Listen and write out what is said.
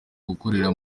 gukorera